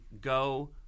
go